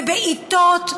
בבעיטות,